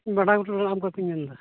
ᱵᱟᱰᱟᱜᱷᱩᱴᱩ ᱨᱮᱱ ᱟᱢ ᱠᱟᱹᱠᱤᱧ ᱢᱮᱱᱮᱫᱟ